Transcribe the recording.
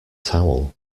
towel